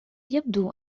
يبدو